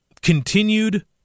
Continued